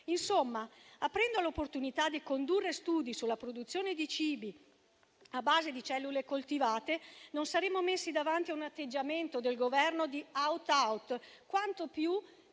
Insomma, aprendo all'opportunità di condurre studi sulla produzione di cibi a base di cellule coltivate, non saremo messi davanti a un atteggiamento del Governo di *aut-aut* quanto più